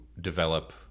develop